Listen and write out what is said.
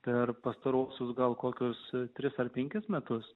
per pastaruosius gal kokius tris ar penkis metus